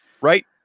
right